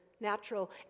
natural